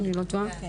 כן.